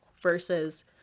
versus